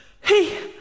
hey